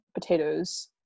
potatoes